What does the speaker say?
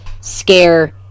scare